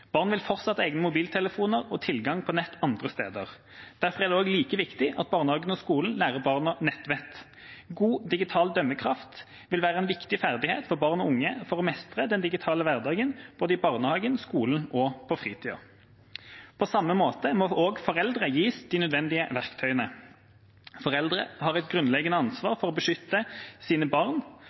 Barn vil fortsatt ha egne mobiltelefoner og tilgang på nett andre steder. Derfor er det like viktig at barnehagen og skolen lærer barna nettvett. God digital dømmekraft vil være en viktig ferdighet for barn og unge for å mestre den digitale hverdagen i både barnehagen og skolen og på fritida. På samme måte må foreldre gis de nødvendige verktøyene. Foreldre har et grunnleggende ansvar for å beskytte sine barn,